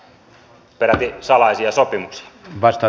onko peräti salaisia sopimuksia